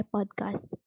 Podcast